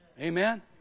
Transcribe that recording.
Amen